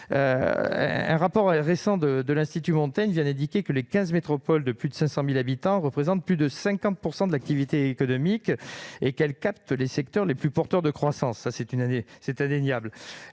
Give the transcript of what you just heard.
Un rapport récent de l'Institut Montaigne indique que les quinze métropoles de plus de 500 000 habitants représentent plus de 50 % de l'activité économique et qu'elles captent les secteurs les plus porteurs de croissance. C'est indéniable.